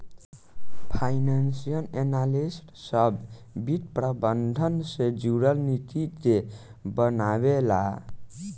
financial analyst सभ वित्त प्रबंधन से जुरल नीति के बनावे ला